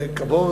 כעבור